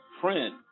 friend